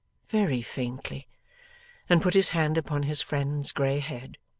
very faintly and put his hand upon his friend's grey head.